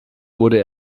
wurde